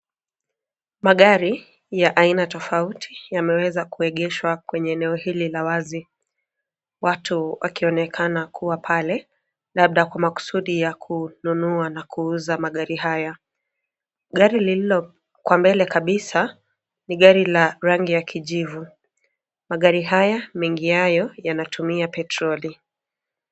Magari ya aina tofauti yameweza kueegeshwa kwenye eneo hili la wazi. Watu wakionekana kuwa pale, labda kwa maksudi ya kununua na kuuza magari haya. Gari lililo kwa mbele kabisa ni gari la rangi ya kijivu. Magari haya, mengi yayo yanatumia petroli.